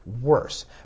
worse